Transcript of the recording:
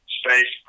space